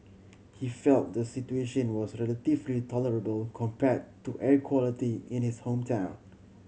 he felt the situation was relatively tolerable compared to air quality in his hometown